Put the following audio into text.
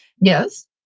Yes